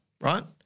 right